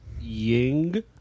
ying